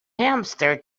hamster